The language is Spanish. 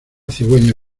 cigüeña